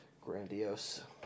grandiose